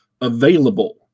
available